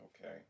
Okay